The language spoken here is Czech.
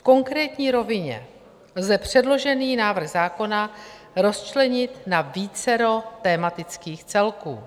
V konkrétní rovině lze předložený návrh zákona rozčlenit na vícero tematických celků.